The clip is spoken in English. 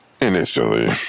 initially